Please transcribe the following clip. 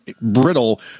brittle